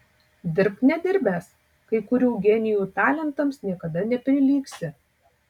dirbk nedirbęs kai kurių genijų talentams niekada neprilygsi